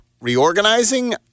Reorganizing